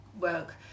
work